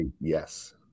yes